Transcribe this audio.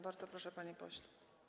Bardzo proszę, panie pośle.